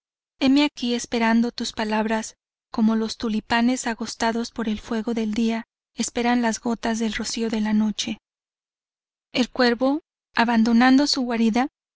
heme aquí esperando tus palabras como los tulipanes agostados por el fuego del día esperan las gotas del rocío de la noche el cuervo abandonando su guarida